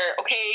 okay